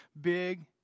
big